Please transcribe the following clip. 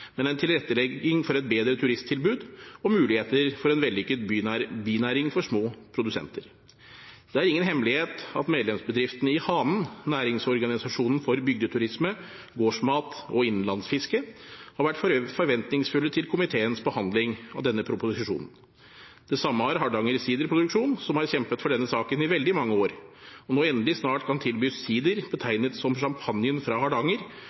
men en tilrettelegging for et bedre turisttilbud og en mulighet for en vellykket binæring for små produsenter. Det er ingen hemmelighet at medlemsbedriftene i HANEN – næringsorganisasjonen for bygdeturisme, gårdsmat og innlandsfiske – har vært forventningsfulle til komiteens behandling av denne proposisjonen. Det samme har Hardanger Siderprodusentlag, som har kjempet for denne saken i veldig mange år, og nå endelig snart kan tilby sider betegnet som champagnen fra Hardanger